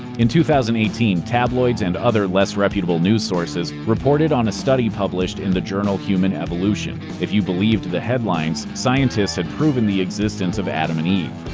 in two thousand and eighteen, tabloids and other less reputable news sources reported on a study published in the journal human evolution. if you believed the headlines, scientists had proven the existence of adam and eve.